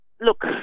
look